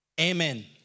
Amen